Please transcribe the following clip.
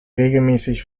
regelmäßig